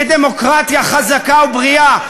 כדמוקרטיה חזקה ובריאה,